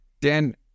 Dan